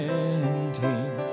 ending